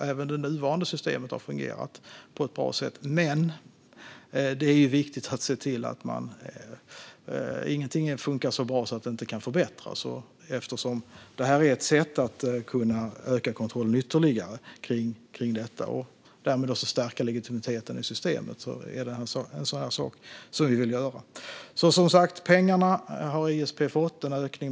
Även det nuvarande systemet har alltså fungerat på ett bra sätt, men ingenting funkar så bra att det inte kan förbättras. Eftersom det här är ett sätt att kunna öka kontrollen ytterligare och därmed stärka legitimiteten i systemet är det en sak som vi vill göra. ISP har som sagt fått pengar.